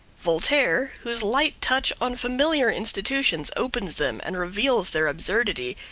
voltaire, whose light touch on familiar institutions opens them and reveals their absurdity,